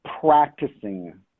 practicing